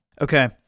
Okay